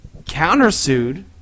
countersued